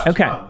Okay